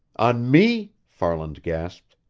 on me? farland gasped.